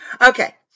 Okay